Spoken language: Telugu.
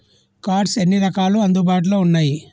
కార్డ్స్ ఎన్ని రకాలు అందుబాటులో ఉన్నయి?